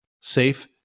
safe